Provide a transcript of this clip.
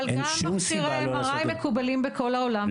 גם מכשירי MRI מקובלים בכל העולם,